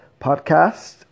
podcast